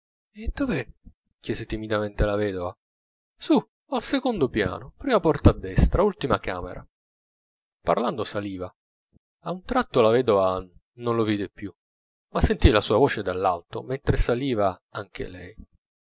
dov'è chiese timidamente la vedova su al secondo piano prima porta a destra ultima camera parlando saliva a un tratto la vedova non lo vide più ma sentì la sua voce dall'alto mentre saliva anche lei